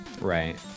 Right